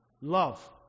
Love